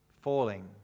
falling